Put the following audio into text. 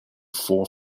four